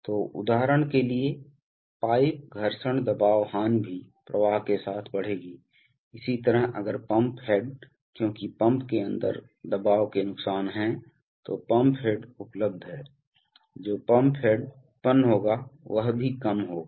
तो उदाहरण के लिए पाइप घर्षण दबाव हानि भी प्रवाह के साथ बढ़ेगी इसी तरह अगर पंप हेड क्योंकि पंप के अंदर दबाव के नुकसान हैं तो पंप हेड उपलब्ध है जो पंप हेड उत्पन्न होगा वह भी कम होगा